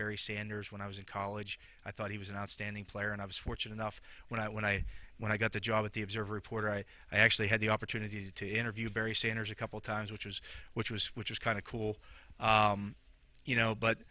barry sanders when i was in college i thought he was an outstanding player and i was fortunate enough when i when i when i got the job with the observer reporter i actually had the opportunity to interview barry sanders a couple times which is which was which is kind of cool you know but